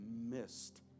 missed